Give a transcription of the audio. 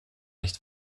nicht